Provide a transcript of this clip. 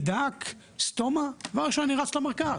מעי דק, סטומה, דבר ראשון אני רץ למרכז.